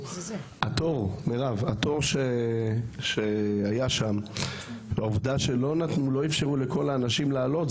התור שהיה שם והעובדה שלא אפשרו לכל האנשים לעלות,